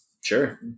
sure